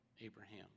Abraham